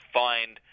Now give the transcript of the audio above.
find